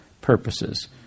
purposes